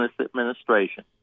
administration